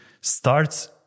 starts